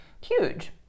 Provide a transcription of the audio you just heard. huge